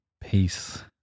Peace